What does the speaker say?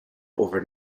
over